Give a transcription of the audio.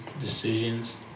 decisions